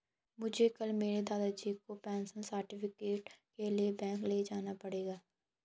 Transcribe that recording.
मुझे कल मेरे दादाजी को पेंशन सर्टिफिकेट के लिए बैंक ले जाना पड़ेगा